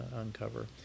uncover